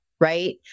right